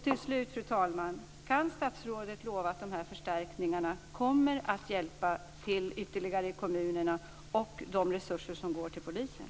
Till slut, fru talman: Kan statsrådet lova att förstärkningarna kommer att hjälpa till ytterligare i kommunerna och att mer resurser kommer att gå till polisen?